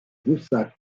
boussac